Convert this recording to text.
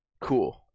cool